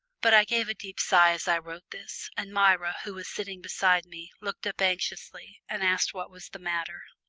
but i gave a deep sigh as i wrote this, and myra, who was sitting beside me, looked up anxiously, and asked what was the matter.